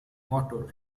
motor